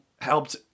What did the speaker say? helped